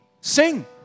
sing